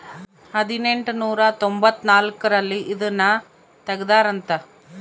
ಹದಿನೆಂಟನೂರ ತೊಂಭತ್ತ ನಾಲ್ಕ್ ರಲ್ಲಿ ಇದುನ ತೆಗ್ದಾರ ಅಂತ